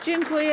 Dziękuję.